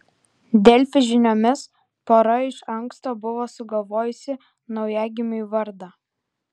delfi žiniomis pora iš anksto buvo sugalvojusi naujagimiui vardą